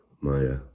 Maya